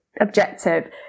objective